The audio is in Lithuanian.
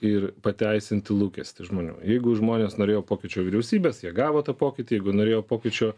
ir pateisint lūkestį žmonių jeigu žmonės norėjo pokyčio vyriausybės jie gavo tą pokytį jeigu norėjau pokyčio